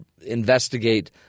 investigate